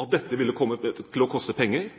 at dette ville komme til å koste penger,